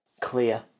clear